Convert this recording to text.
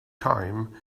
time